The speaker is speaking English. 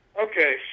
Okay